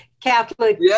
Catholic